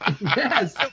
Yes